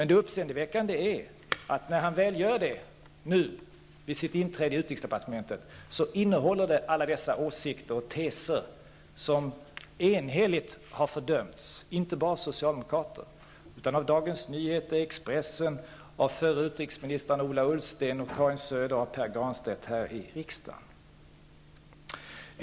Det uppseendeväckande är att när han väl gör det nu vid sitt inträde i utrikesdepartementet innehåller boken alla dessa åsikter och teser som enhälligt har fördömts, inte bara av socialdemokrater utan även av Dagens Nyheter, av Expressen, av de förra utrikesministrarna Ola Ullsten och Karin Söder samt av Pär Granstedt här i riksdagen.